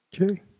Okay